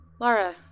Laura